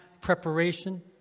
preparation